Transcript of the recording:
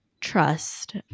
trust